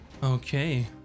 Okay